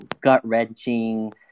gut-wrenching